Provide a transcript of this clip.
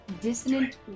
Dissonant